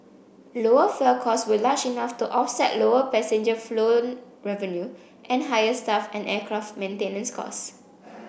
lower fuel costs were large enough to offset lower passenger flown revenue and higher staff and aircraft maintenance costs